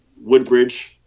Woodbridge